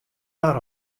har